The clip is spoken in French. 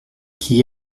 qui